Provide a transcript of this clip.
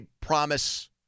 promise